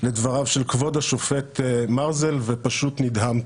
לדבריו של כבוד השופט מרזל, ופשוט נדהמתי,